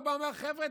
הוא בא ואומר: חבר'ה,